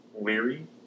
leery